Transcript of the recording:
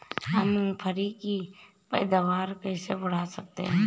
हम मूंगफली की पैदावार कैसे बढ़ा सकते हैं?